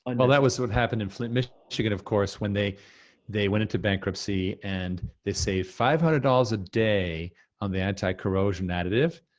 and well that was so what happened in flint, michigan of course, when they they went into bankruptcy and they saved five hundred dollars a day on the anti-corrosion additive,